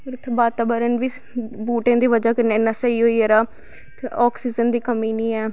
फिर इत्थै बाताबरन बी बूह्टें ही बजा कन्नै इन्ना स्हेई होई गेदा ते आक्सीज़न दी कमी नी ऐ